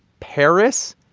paris,